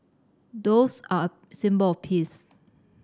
doves are a symbol of peace